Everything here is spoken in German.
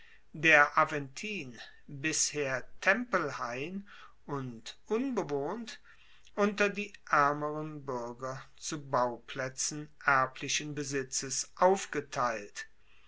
der aventin bisher tempelhain und unbewohnt unter die aermeren buerger zu bauplaetzen erblichen besitzes aufgeteilt